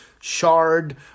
shard